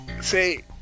say